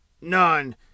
None